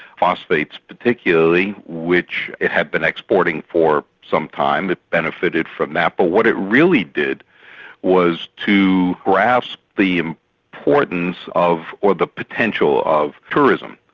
phosphates particularly, which it had been exporting for some time it benefited from that. but what it really did was to grasp the importance of, or the potential of, tourism.